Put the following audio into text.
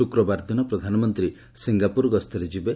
ଶୁକ୍ରବାର ଦିନ ପ୍ରଧାନମନ୍ତ୍ରୀ ସିଙ୍ଗାପୁର ଗସ୍ତରେ ଯିବେ